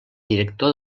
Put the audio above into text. director